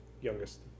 youngest